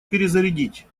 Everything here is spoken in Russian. перезарядить